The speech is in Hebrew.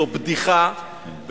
זו בדיחה,